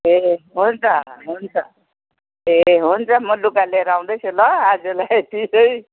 ए हुन्छ हुन्छ ए हुन्छ म लुगा लिएर आउँदैछु ल आजलाई यति नै